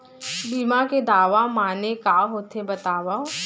बीमा के दावा माने का होथे बतावव?